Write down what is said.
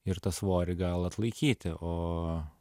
ir tą svorį gal atlaikyti o